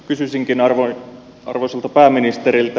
kysyisinkin arvoisalta pääministeriltä